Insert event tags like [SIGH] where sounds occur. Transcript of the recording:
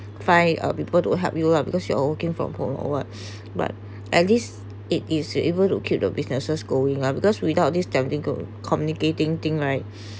five uh people to help you lah because you all working from home or what [NOISE] but at least it is able to keep the businesses going lah because without this techn~ communicating thing right